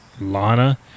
lana